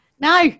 No